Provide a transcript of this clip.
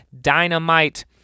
Dynamite